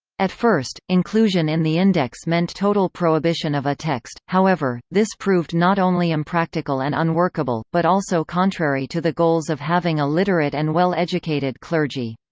at first, inclusion in the index meant total prohibition of a text however, this proved not only impractical and unworkable, but also contrary to the goals of having a literate and well-educated clergy.